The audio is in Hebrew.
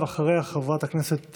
אחריה, חברת הכנסת